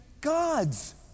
God's